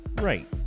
Right